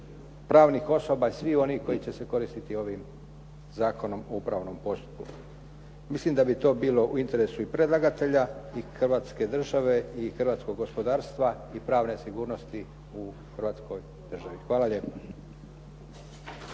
pravnih osoba i svih onih koji će se koristit ovim Zakonom o upravnom postupku. Mislim da bi to bilo u interesu i predlagatelja i Hrvatske države i hrvatskog gospodarstva i pravne sigurnosti u Hrvatskoj državi. Hvala lijepo.